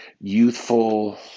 youthful